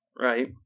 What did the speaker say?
right